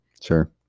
Sure